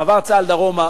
מעבר צה"ל דרומה